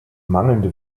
mangelnde